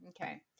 Okay